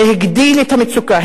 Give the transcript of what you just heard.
זה הגדיל את המצוקה.